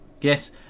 Yes